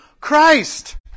Christ